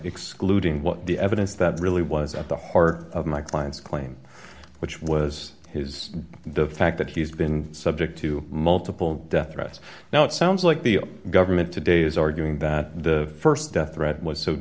excluding what the evidence that really was at the heart of my client's claim which was his the fact that he's been subject to multiple death threats now it sounds like the government today is arguing that the st death threat was so